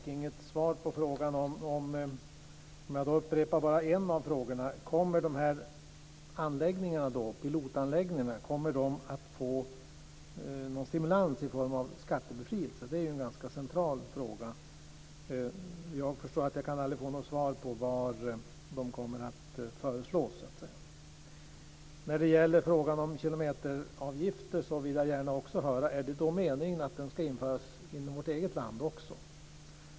Herr talman! Jag upprepar en av mina frågor: Kommer de här pilotanläggningarna att få någon stimulans i form av skattebefrielse? Det är en ganska central fråga. Jag förstår att jag aldrig kan få något svar på frågan var de kommer att föreslås. När det gäller frågan om kilometeravgifter vill jag också gärna höra: Är det meningen att det ska införas inom vårt eget land också?